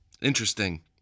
Interesting